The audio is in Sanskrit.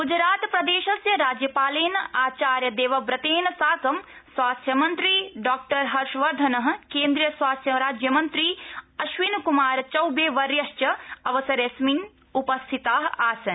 ग्जरातप्रदेशस्य राज्यपालेन आचार्य देवव्रतेन साकं स्वास्थ्यमंत्री डॉ हर्षवर्धन केन्द्रिय स्वास्थ्य राज्यमंत्री अश्विनीक्मारचौबेवर्यश्च अवसरेऽस्मिन् उपस्थिता आसन्